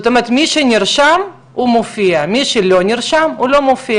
מי שנרשם מופיע, מי שלא נרשם לא מופיע.